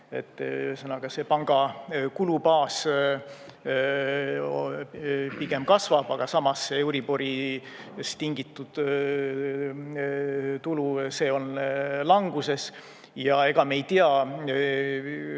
Ühesõnaga, panga kulubaas pigem kasvab, aga samas euriborist tingitud tulu on languses. Ja ega me ei tea